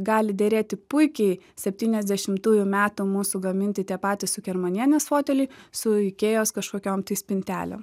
gali derėti puikiai septyniasdešimtųjų metų mūsų gaminti tie patys cukermanienės foteliai su ikėjos kažkokiom tai spintelėm